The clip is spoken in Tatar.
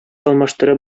алмаштырып